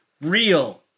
real